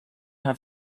have